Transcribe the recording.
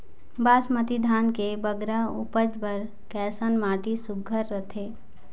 बासमती धान के बगरा उपज बर कैसन माटी सुघ्घर रथे?